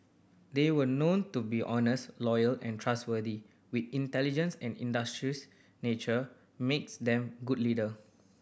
they were known to be honest loyal and trustworthy with intelligence and industrious nature makes them good leader